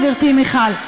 גברתי מיכל,